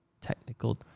technical